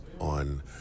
on